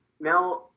Now